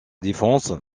défense